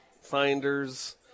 finders